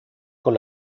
con